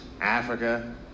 Africa